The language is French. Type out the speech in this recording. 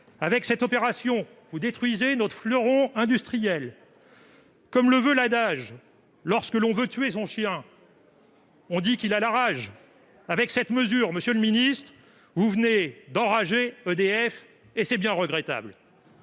Avec cette opération, vous détruisez notre fleuron industriel. Comme le dit l'adage, quand on veut tuer son chien, on l'accuse de la rage. Avec cette mesure, monsieur le ministre, vous venez d'« enrager » EDF, et c'est bien regrettable